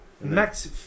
Max